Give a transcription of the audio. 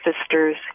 sisters